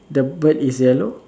the bird is yellow